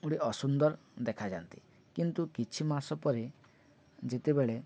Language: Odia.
ଗୋଟେ ଅସୁନ୍ଦର ଦେଖାଯାଆନ୍ତି କିନ୍ତୁ କିଛି ମାସ ପରେ ଯେତେବେଳେ